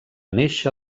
néixer